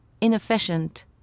inefficient